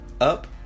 UP